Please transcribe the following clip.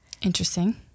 Interesting